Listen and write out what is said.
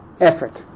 effort